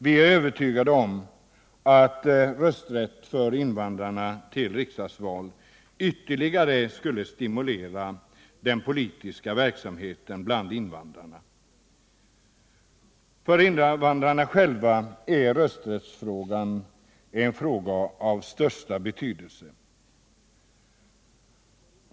Vi är övertygade om att rösträtt för invandrare till riksdagsval ytterligare skulle stimulera den politiska verksamheten bland dessa grupper. För invandrarna själva är rösträttsfrågan en angelägenhet av störsia octydelse.